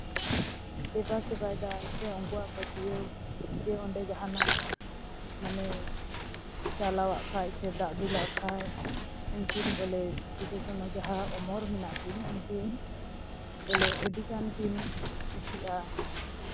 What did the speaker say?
ᱫᱮᱵᱟᱥᱮᱵᱟᱭᱫᱟ ᱥᱮ ᱩᱝᱠᱩᱣᱟᱜ ᱯᱟᱹᱛᱭᱟᱹᱣ ᱡᱮ ᱚᱸᱰᱮ ᱡᱟᱦᱟᱱᱟᱜ ᱢᱟᱱᱮ ᱪᱟᱞᱟᱣᱟᱜ ᱠᱷᱟᱱ ᱥᱮ ᱫᱟᱜ ᱫᱩᱞᱟᱜ ᱠᱷᱟᱱ ᱩᱱᱠᱤᱱ ᱵᱚᱞᱮ ᱡᱟᱦᱟᱸ ᱥᱤᱫᱩ ᱠᱟᱹᱱᱩ ᱚᱢᱚᱨ ᱢᱮᱱᱟᱜ ᱠᱤᱱ ᱩᱝᱠᱤᱱ ᱵᱚᱞᱮ ᱟᱹᱰᱤᱜᱟᱱ ᱠᱤᱱ ᱠᱩᱥᱤᱜᱼᱟ